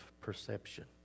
perception